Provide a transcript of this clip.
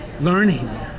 learning